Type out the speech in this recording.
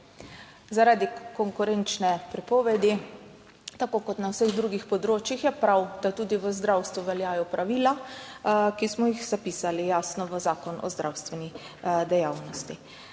Zaradi konkurenčne prepovedi je tako kot na vseh drugih področjih prav, da tudi v zdravstvu veljajo pravila, ki smo jih jasno zapisali v zakon o zdravstveni dejavnosti.